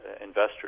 investors